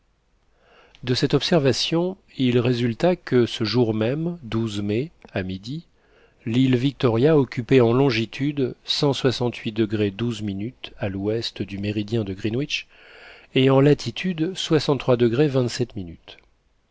de cette observation il résulta que ce jour même mai à midi l'île victoria occupait en longitude à l'ouest du méridien de greenwich et en latitude